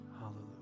Hallelujah